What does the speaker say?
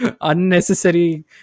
unnecessary